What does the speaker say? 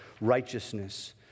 righteousness